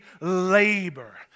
labor